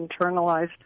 internalized